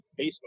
facebook